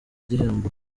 igihombo